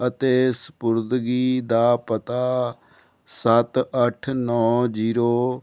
ਅਤੇ ਸਪੁਰਦਗੀ ਦਾ ਪਤਾ ਸੱਤ ਅੱਠ ਨੌਂ ਜੀਰੋ